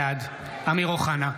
בעד אמיר אוחנה,